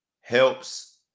helps